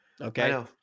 Okay